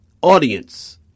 audience